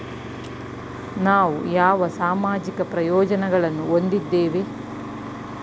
ನಾವು ಯಾವ ಸಾಮಾಜಿಕ ಪ್ರಯೋಜನಗಳನ್ನು ಹೊಂದಿದ್ದೇವೆ?